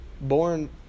Born